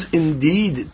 indeed